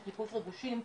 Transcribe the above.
של חיפוש ריגושים,